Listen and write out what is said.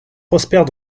prospères